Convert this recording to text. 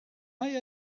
mij